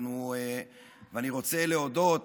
אני רוצה להודות